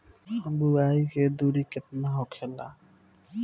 बुआई के दूरी केतना होखेला?